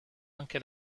anche